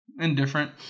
Indifferent